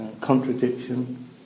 contradiction